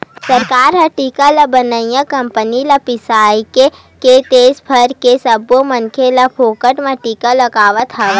सरकार ह टीका ल बनइया कंपनी ले बिसाके के देस भर के सब्बो मनखे ल फोकट म टीका लगवावत हवय